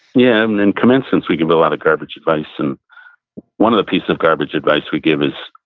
yeah. in commencements, we give a lot of garbage advice. and one of the piece of garbage advice we give is,